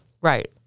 Right